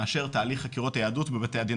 מאשר תהליך חקירות היהדות בבתי הדין